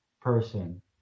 person